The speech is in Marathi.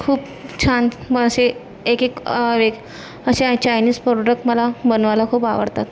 खूप छान पण असे एक एक असे चायनीज प्रॉडक्ट मला बनवायला खूप आवडतात